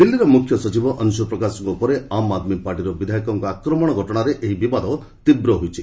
ଦିଲ୍ଲୀର ମୁଖ୍ୟ ସଚିବ ଅଂଶୁ ପ୍ରକାଶଙ୍କ ଉପରେ ଆମ୍ ଆଦ୍ମି ପାର୍ଟିର ବିଧାୟକଙ୍କ ଆକ୍ରମଣ ଘଟଣାରେ ଏହି ବିବାଦ ତୀବ୍ର ହୋଇଛି